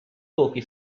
pochi